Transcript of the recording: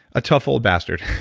a tough old bastard.